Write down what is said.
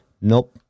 nope